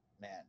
man